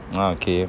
ah okay